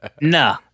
No